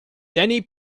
denny